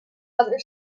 other